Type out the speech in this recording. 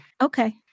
Okay